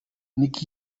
nick